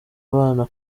abana